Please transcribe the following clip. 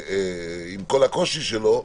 עם כל הקושי שלו,